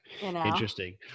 Interesting